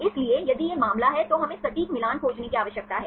इसलिए यदि यह मामला है तो हमें सटीक मिलान खोजने की आवश्यकता है